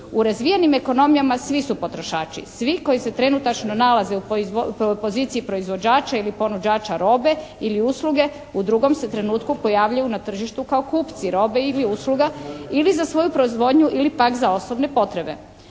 U razvijenim ekonomijama svi su potrošači. Svi koji se trenutačno nalaze u poziciji proizvođača ili ponuđača robe ili usluge u drugom se trenutku pojavljuju na tržištu kao kupci robe ili usluga ili za svoju proizvodnju ili pak za osobne potrebe.